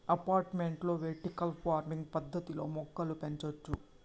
అపార్టుమెంట్లలో vertical farming పద్దతిలో మొక్కలను పెంచొచ్చు